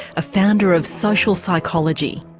a founder of social psychology.